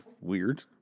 weird